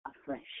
afresh